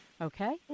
Okay